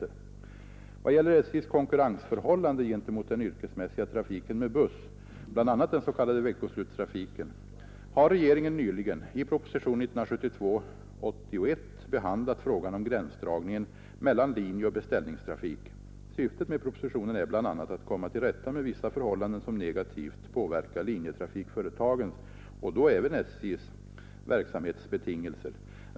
I vad gäller SJ:s konkurrensförhållande gentemot den yrkesmässiga trafiken med buss — bl.a. den s.k. veckoslutstrafiken — har regeringen nyligen i propositionen 81 år 1972 behandlat frågan om gränsdragningen mellan linjeoch beställningstrafik. Syftet med propositionen är bl.a. att komma till rätta med vissa förhållanden, som negativt påverkar linjetrafikföretagens — och då även SJ:s — verksamhetsbetingelser.